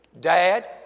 Dad